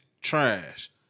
trash